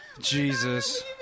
Jesus